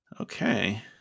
Okay